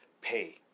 pay